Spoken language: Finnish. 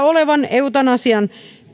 eutanasiaa